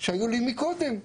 שהיו לי מקודם.